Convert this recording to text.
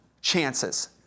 chances